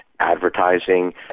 Advertising